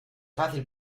fácil